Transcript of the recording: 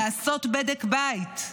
לעשות בדק בית.